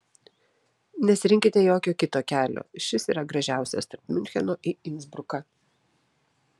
nesirinkite jokio kito kelio šis yra gražiausias tarp miuncheno į insbruką